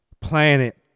planet